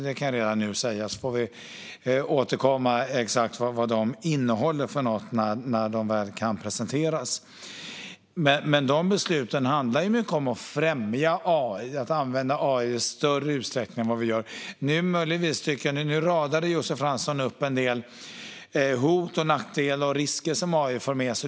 Det kan jag redan nu säga, och vi får återkomma med exakt vad de innehåller när de väl kan presenteras. Dessa beslut handlar dock mycket om att främja AI och att använda AI i större utsträckning än vi gör i dag. Josef Fransson radade upp en del hot, nackdelar och risker som AI för med sig.